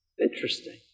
Interesting